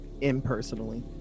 impersonally